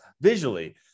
visually